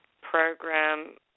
program